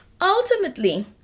ultimately